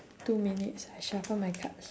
two minutes I shuffle my cards